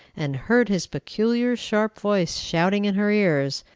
and heard his peculiar, sharp voice shouting in her ears,